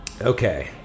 Okay